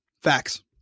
Facts